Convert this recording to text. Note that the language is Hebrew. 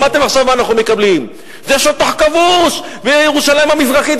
שמעתם עכשיו מה אנחנו מקבלים: זה שטח כבוש וירושלים המזרחית,